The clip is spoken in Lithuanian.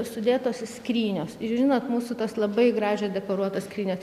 sudėtos skrynios žinot mūsų tos labai gražios dekoruotos skrynios